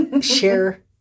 share